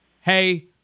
hey